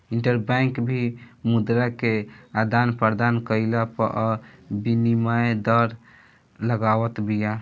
interbank भी मुद्रा के आदान प्रदान कईला पअ विनिमय दर लगावत बिया